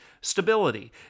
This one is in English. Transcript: stability